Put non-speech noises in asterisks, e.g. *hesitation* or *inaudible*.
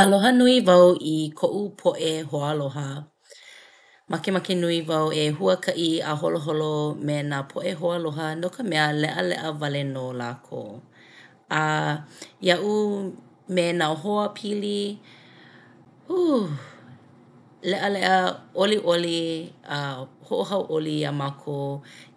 Aloha nui wau i ko'u po'e hoaaloha. Makemake nui wau e huaka'i a holoholo me nā poʻe hoaaloha no ka mea leʻaleʻa wale nō lākou. *hesitation* Iaʻu me nā hoapili hū *sighs* leʻaleʻa, ʻoliʻoli a hoʻohauʻoli iā mākou